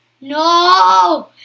No